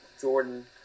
Jordan